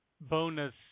bonus